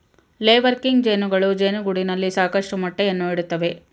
ಲೇ ವರ್ಕಿಂಗ್ ಜೇನುಗಳು ಜೇನುಗೂಡಿನಲ್ಲಿ ಸಾಕಷ್ಟು ಮೊಟ್ಟೆಯನ್ನು ಇಡುತ್ತವೆ